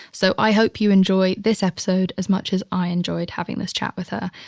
so i hope you enjoy this episode as much as i enjoyed having this chat with her.